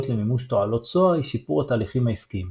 למימוש תועלות SOA היא שיפור התהליכים העסקיים.